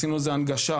עשינו איזושהי הנגשה,